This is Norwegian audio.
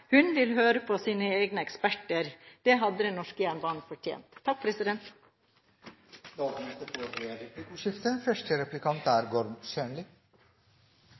hun vil høre på sine egne eksperter. Det hadde den norske jernbanen fortjent. Det åpnes for replikkordskifte. 950 mill. kr mer til jernbane fra Venstre er